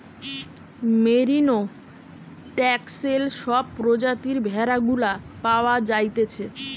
merino, Texel সব প্রজাতির ভেড়া গুলা পাওয়া যাইতেছে